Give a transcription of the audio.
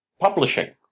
publishing